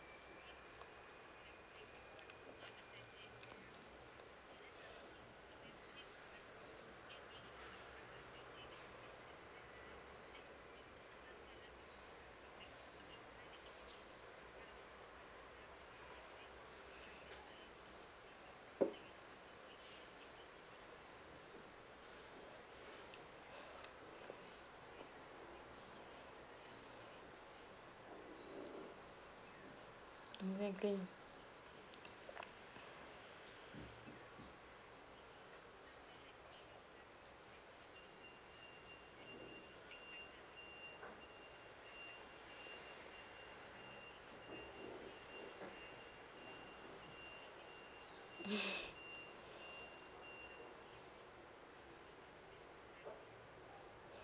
exactly